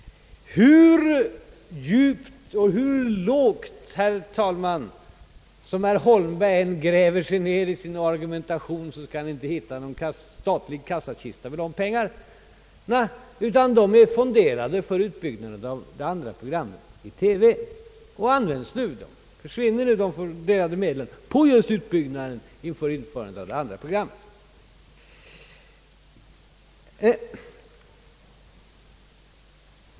Hur djupt och hur lågt, herr talman, herr Holmberg än gräver sig ned i sin argumentation skall han inte hitta någon statlig kassakista med dessa pengar, ty de är fonderade för utbyggnaden av ett andra program i TV och försvinner nu till just införandet av detta program.